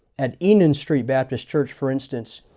at eenan street baptist church for instance,